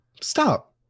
stop